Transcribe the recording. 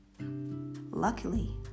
Luckily